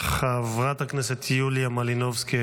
חברת הכנסת יוליה מלינובסקי,